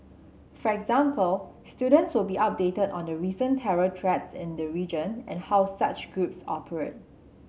for example students will be updated on the recent terror threats in the region and how such groups operate